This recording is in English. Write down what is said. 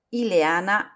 Ileana